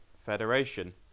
Federation